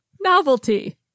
Novelty